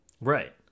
Right